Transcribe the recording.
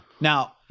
Now